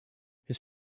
his